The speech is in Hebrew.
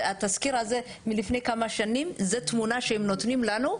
התסקיר הזה מלפני שנים זאת התמונה שהם מציגים לנו?